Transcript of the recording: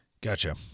Gotcha